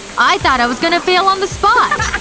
i thought i was gonna fail on the spot!